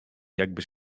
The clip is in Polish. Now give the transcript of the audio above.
jakbyś